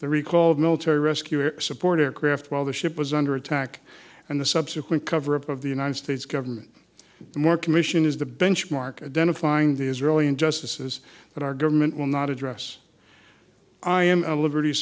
the recall of military rescue or support or craft while the ship was under attack and the subsequent cover up of the united states government more commission is the benchmark identifying the israeli injustices that our government will not address i am a liberty